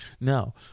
Now